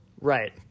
Right